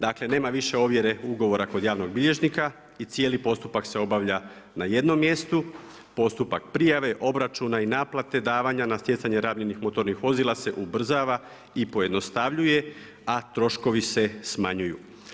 Dakle nema više uvjere ugovora kod javnog bilježnika i cijeli postupak se obavlja na jednom mjestu, postupak prijave, obračuna i naplate davanja na stjecanje rabljenih motornih vozila se ubrzava i pojednostavljuje, a troškovi se smanjuju.